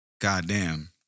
Goddamn